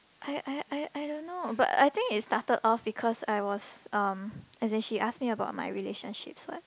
I I I I don't know but I think it started off because I was um as in she ask me about my relationships what